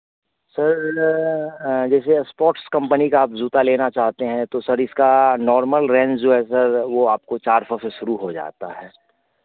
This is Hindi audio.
सर जैसे स्पोर्ट्स कम्पनी का आप जूता लेना चाहते हैं तो सर इसका नॉर्मल रेंज जो है सर वो आपको चार सौ से शुरू हो जाता है